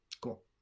cool